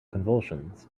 convulsions